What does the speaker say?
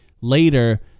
later